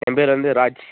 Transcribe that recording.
என் பேர் வந்து ராஜ்